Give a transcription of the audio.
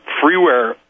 freeware